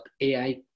AI